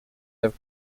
have